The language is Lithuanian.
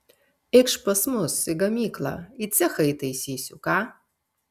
eikš pas mus į gamyklą į cechą įtaisysiu ką